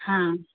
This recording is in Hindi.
हाँ